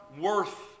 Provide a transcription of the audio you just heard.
worth